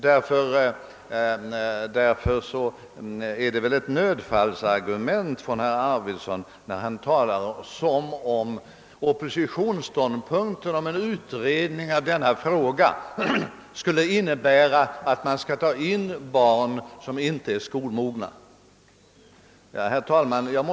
Därför är det väl ett nödfallsargument när herr Arvidson talar som om oppositionens ståndpunkt beträffande en utredning i denna fråga skulle innebära, att man vill ta in barn som inte är skolmogna.